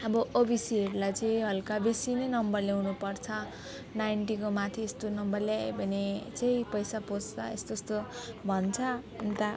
अब ओबिसीहरूलाई चाहिँ हल्का बेसी नै नम्बर ल्याउनुपर्छ नाइन्टीको माथि यस्तो नम्बर ल्यायो भने चाहिँ पैसा पस्छ यस्तो यस्तो भन्छ अन्त